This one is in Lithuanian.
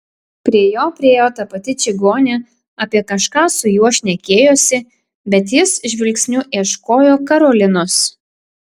prie jo priėjo ta pati čigonė apie kažką su juo šnekėjosi bet jis žvilgsniu ieškojo karolinos